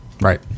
Right